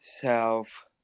self